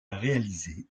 réalisé